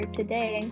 today